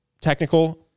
technical